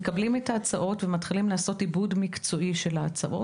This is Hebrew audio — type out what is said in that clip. אנחנו מקבלים את ההצעות ומתחילים לעשות עיבוד מקצועי שלהן.